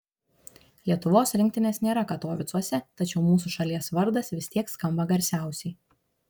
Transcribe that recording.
lietuvos rinktinės nėra katovicuose tačiau mūsų šalies vardas vis tiek skamba garsiausiai